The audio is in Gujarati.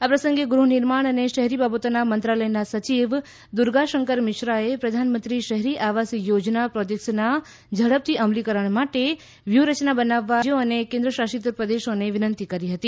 આ પ્રસંગે ગુહનિર્માણ અને શહેરી બાબતોના મંત્રાલયના સચિવ દુર્ગા શંકર મિશ્રાએ પ્રધાનમંત્રી શહેરી આવાસ યોજના પ્રોજેક્ટ્સના ઝડપથી અમલીકરણ માટે વ્યૂહરચના બનાવવા રાજ્યો અને કેન્દ્રશાસિત પ્રદેશો વિનંતી કરી હતી